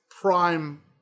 prime